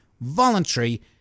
voluntary